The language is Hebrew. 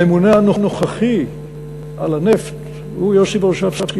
הממונה הנוכחי על הנפט הוא יוסי ורשבסקי,